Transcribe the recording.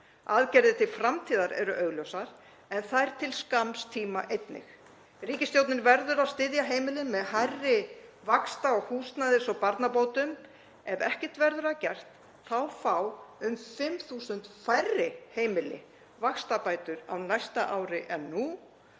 Aðgerðir til framtíðar eru augljósar en þær eru til skamms tíma einnig. Ríkisstjórnin verður að styðja heimilin með hærri vaxta-, húsnæðis- og barnabótum. Ef ekkert verður að gert fá um 5.000 færri heimili vaxtabætur á næsta ári en nú